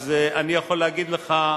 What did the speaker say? אז אני יכול להגיד לך,